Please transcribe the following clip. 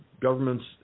governments